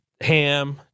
ham